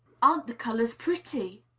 aren't the colors pretty?